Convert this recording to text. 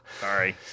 sorry